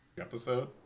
episode